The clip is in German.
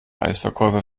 eisverkäufer